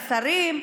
השרים,